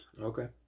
Okay